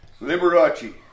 Liberace